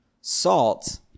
salt